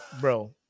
bro